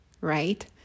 right